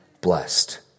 blessed